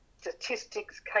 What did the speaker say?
statistics